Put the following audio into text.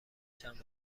چند